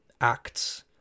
acts